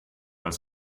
als